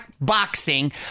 boxing